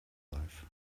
life